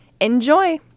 Enjoy